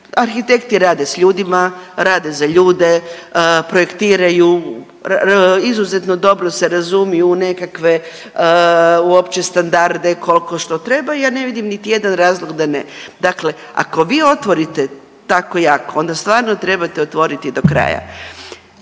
arhitekti rade s ljudima, rade za ljude, projektiraju, izuzetno dobro se razumiju u nekakve uopće standarde koliko što treba i ja ne vidim niti jedan razlog da ne. Dakle, ako vi otvorite tako jako onda stvarno trebate otvoriti do kraja.